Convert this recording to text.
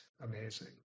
amazing